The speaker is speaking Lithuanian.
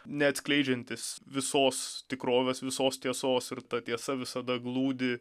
neatskleidžiantys visos tikrovės visos tiesos ir ta tiesa visada glūdi